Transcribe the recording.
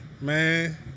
Man